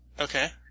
Okay